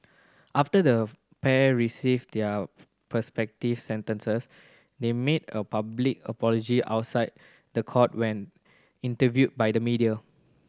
after the pair received their perspective sentences they made a public apology outside the court when interviewed by the media